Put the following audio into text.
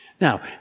Now